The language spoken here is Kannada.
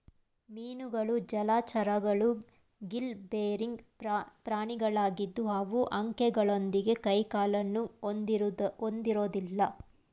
ಮೀನುಗಳು ಜಲಚರಗಳು ಗಿಲ್ ಬೇರಿಂಗ್ ಪ್ರಾಣಿಗಳಾಗಿದ್ದು ಅವು ಅಂಕೆಗಳೊಂದಿಗೆ ಕೈಕಾಲುಗಳನ್ನು ಹೊಂದಿರೋದಿಲ್ಲ